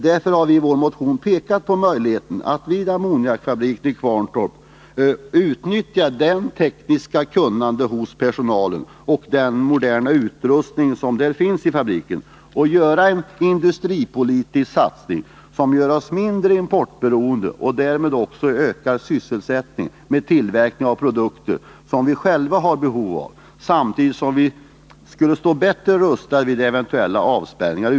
I vår motion har vi pekat på möjligheten att vid ammoniakfabriken i Kvarntorp utnyttja det tekniska kunnandet hos personalen och den moderna utrustning som finns i fabriken till en industripolitisk satsning, som skulle göra oss mindre importberoende och öka sysselsättningen, med tillverkning av produkter som vi själva har behov av, samtidigt som vi skulle stå bättre rustade vid eventuella avspärrningar.